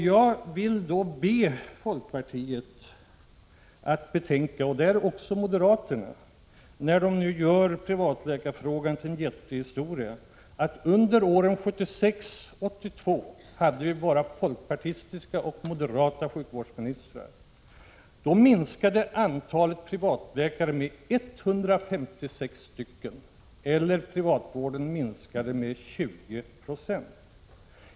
Jag vill därför be folkpartiet — och även moderaterna, som nu gör privatläkarfrågan till en jättehistoria — betänka att det under åren 1976-1982 fanns bara folkpartistiska och moderata sjukvårdsministrar och att antalet privatläkare då minskade med 156 och privatvården med 20 90.